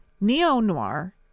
Neo-noir